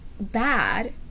bad